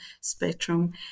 spectrum